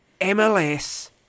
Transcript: MLS